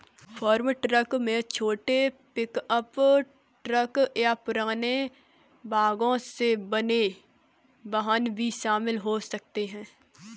farm truck में छोटे pickup truck या पुराने भागों से बने वाहन भी शामिल हो सकते हैं